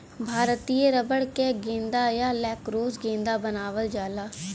भारतीय रबर क गेंदा या लैक्रोस गेंदा बनावल जाला